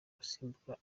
gusimbura